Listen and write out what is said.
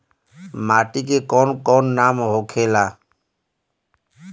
माटी के कौन कौन नाम होखे ला?